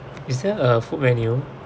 is there a food menu